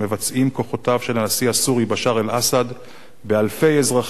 כוחותיו של הנשיא הסורי בשאר אל-אסד באלפי אזרחים,